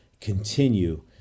continue